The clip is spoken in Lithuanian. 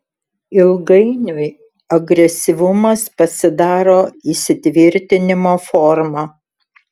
ilgainiui agresyvumas pasidaro įsitvirtinimo forma